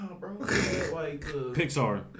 Pixar